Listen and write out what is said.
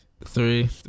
Three